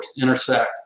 intersect